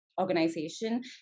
organization